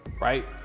right